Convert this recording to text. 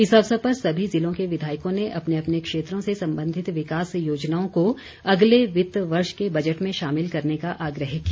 इस अवसर पर सभी ज़िलों के विधायकों ने अपने अपने क्षेत्रों से संबंधित विकास योजनाओं को अगले वित्त वर्ष के बजट में शामिल करने का आग्रह किया